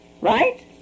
right